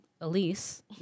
Elise